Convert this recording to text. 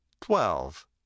Twelve